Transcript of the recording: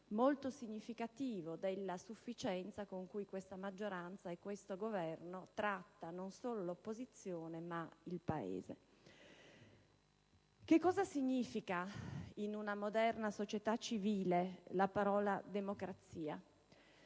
molto significativo della sufficienza con cui questa maggioranza e questo Governo trattano non solo l'opposizione ma il Paese. Cosa significa, in una moderna società civile, la parola democrazia?